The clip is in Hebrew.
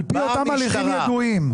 על פי אותם הליכים ידועים.